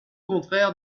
contraire